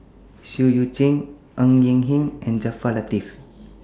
Seah EU Chin Ng Eng Hen and Jaafar Latiff